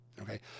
okay